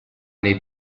nei